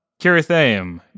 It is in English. Kirithaim